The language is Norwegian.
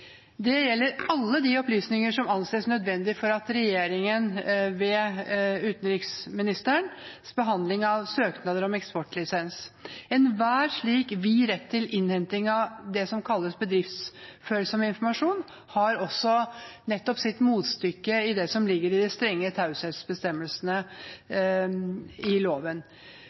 Det gjelder alle opplysninger som anses nødvendige for regjeringen, ved utenriksministeren, sin behandling av søknader om eksportlisens. En slik vid rett til innhenting av det som kalles «bedriftsfølsom informasjon», har sitt motstykke i det som ligger i de strenge taushetsbestemmelsene i loven.